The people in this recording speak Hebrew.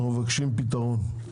אנחנו מבקשים פתרון.